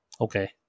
Okay